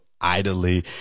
idly